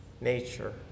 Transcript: nature